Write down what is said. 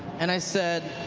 and i said